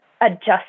adjust